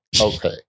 Okay